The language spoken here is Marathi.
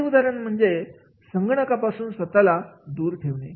साधे उदाहरण म्हणजे संगणकापासून स्वतःला दूर ठेवणे